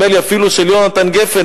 נדמה לי אפילו של יהונתן גפן,